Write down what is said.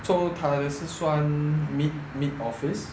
so 她是算 mid mid office